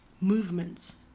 movements